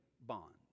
bonds